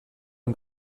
une